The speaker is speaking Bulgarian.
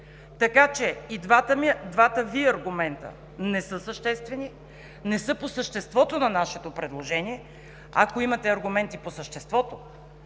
така че и двата Ви аргумента не са съществени, не са по съществото на нашето предложение. Ако имате аргументи по съществото,